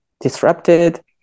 disrupted